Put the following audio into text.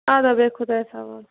اَدٕ ہا بیٚہہ خُدایس حوال